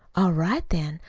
all right, then.